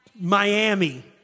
Miami